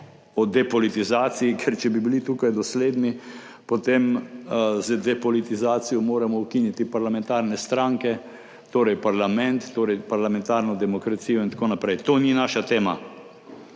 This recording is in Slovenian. o depolitizaciji, ker če bi bili tukaj dosledni, potem moramo z depolitizacijo ukiniti parlamentarne stranke, torej parlament, torej parlamentarno demokracijo in tako naprej. To ni naša tema.